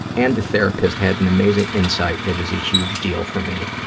and the therapist had an amazing insight that is a huge deal for me.